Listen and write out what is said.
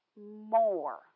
more